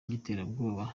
by’iterabwoba